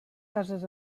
cases